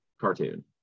cartoon